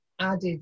added